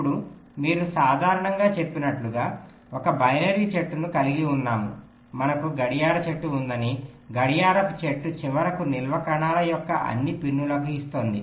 ఇప్పుడు మీరు సాధారణంగా చెప్పినట్లుగా ఒక బైనరీ చెట్టును కలిగి ఉన్నాము మనకు గడియార చెట్టు ఉందని గడియారపు చెట్టు చివరకు నిల్వ కణాల యొక్క అన్ని పిన్నులకు ఇస్తోంది